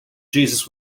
jesus